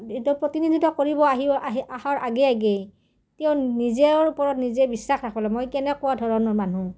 এইটো প্ৰতিনিধিত্ব কৰিব আহি আহি আহাৰ আগে আগেই তেওঁ নিজৰ ওপৰত নিজে বিশ্বাস ৰাখলে মই কেনেকুৱা ধৰণৰ মানুহ